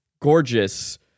gorgeous